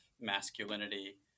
masculinity